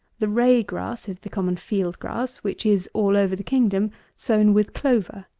the ray-grass is the common field grass, which is, all over the kingdom, sown with clover.